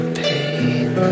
pain